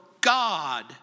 God